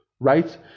Right